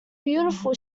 beautiful